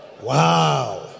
wow